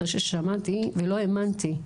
אחרי ששמעתי ולא האמנתי,